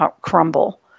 crumble